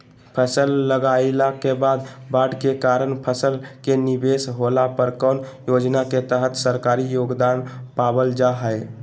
फसल लगाईला के बाद बाढ़ के कारण फसल के निवेस होला पर कौन योजना के तहत सरकारी योगदान पाबल जा हय?